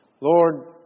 Lord